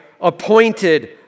appointed